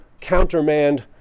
countermand